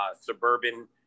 suburban